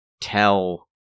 tell